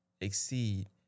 exceed